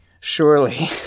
Surely